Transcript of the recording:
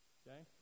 okay